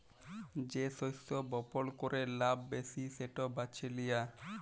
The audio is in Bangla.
যে শস্য বপল ক্যরে লাভ ব্যাশি সেট বাছে লিয়া